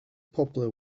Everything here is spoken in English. popular